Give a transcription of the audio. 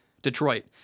Detroit